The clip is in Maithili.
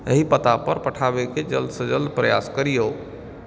एहि पता पर पठाबय के जल्द से जल्द प्रयास करियौ